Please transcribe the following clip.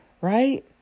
right